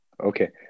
Okay